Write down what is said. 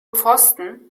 pfosten